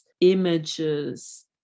images